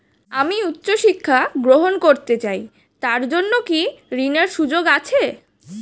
আমি উচ্চ শিক্ষা গ্রহণ করতে চাই তার জন্য কি ঋনের সুযোগ আছে?